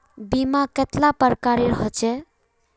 बीमा कतेला प्रकारेर होचे?